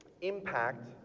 impact